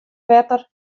wetter